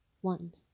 One